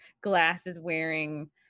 glasses-wearing